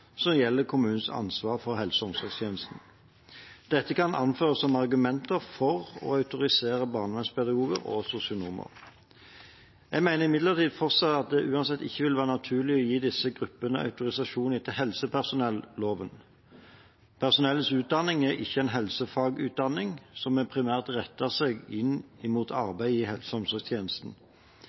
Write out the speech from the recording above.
som gjelder kommunens ansvar for helse- og omsorgstjenester. Dette kan anføres som argumenter for å autorisere barnevernspedagoger og sosionomer. Jeg mener imidlertid fortsatt at det uansett ikke vil være naturlig å gi disse gruppene autorisasjon etter helsepersonelloven. Personellets utdanning er ikke en helsefagutdanning som primært retter seg inn mot arbeid i helse- og omsorgstjenesten. Etter det jeg erfarer, arbeider da også flertallet utenfor helse- og omsorgstjenesten,